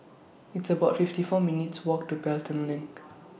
It's about fifty four minutes' Walk to Pelton LINK